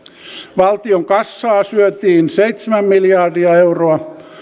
valtion kassaa syötiin seitsemän miljardia euroa